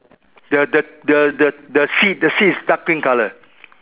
the the the the the seat the seat is dark green colour